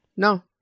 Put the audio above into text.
no